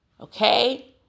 Okay